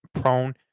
prone